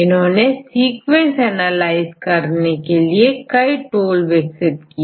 इन्होंने sequence analyse करने के लिए कई टूल विकसित किए